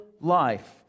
life